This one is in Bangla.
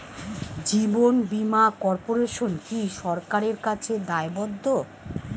জীবন বীমা কর্পোরেশন কি সরকারের কাছে দায়বদ্ধ?